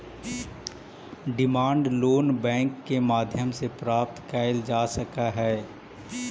demand loan bank के माध्यम से प्राप्त कैल जा सकऽ हइ